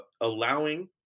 allowing